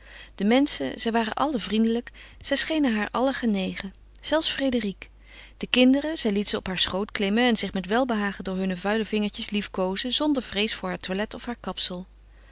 de menschen zij waren allen vriendelijk zij schenen haar allen genegen zelfs frédérique de kinderen zij liet ze op haar schoot klimmen en zich met welbehagen door hunne vuile vingertjes liefkoozen zonder vrees voor haar toilet of haar kapsel